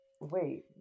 wait